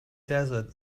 desert